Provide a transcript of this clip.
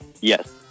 Yes